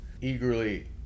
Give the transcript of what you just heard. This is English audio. eagerly